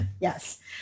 Yes